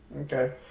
Okay